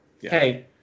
hey